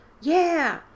Yeah